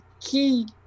key